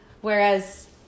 Whereas